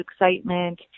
excitement